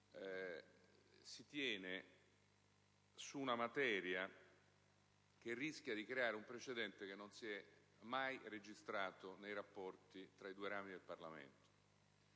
si occupa di una materia che rischia di creare un precedente che non si è mai registrato nei rapporti tra i due rami del Parlamento.